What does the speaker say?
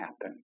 happen